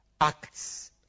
Acts